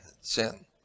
sin